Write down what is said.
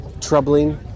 troubling